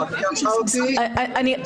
------ אני